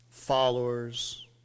followers